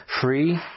free